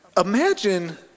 Imagine